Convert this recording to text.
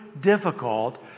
difficult